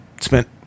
spent